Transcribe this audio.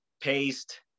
paste